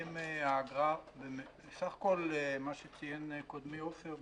כפי שציין קודמי עופר,